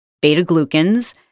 beta-glucans